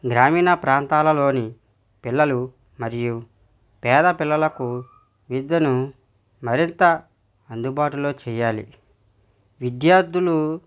గ్రామీణ ప్రాంతాలలోని పిల్లలు మరియు పేద పిల్లలకు విద్యను మరింత అందుబాటులో చెయ్యాలి విద్యార్థులు